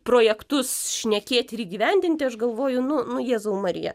projektus šnekėti ir įgyvendinti aš galvoju nu nu jėzau marija